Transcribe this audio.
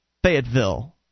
Fayetteville